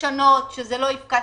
לשנות שזה כן יפקע,